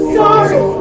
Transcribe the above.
sorry